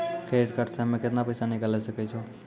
Credit card से हम्मे केतना पैसा निकाले सकै छौ?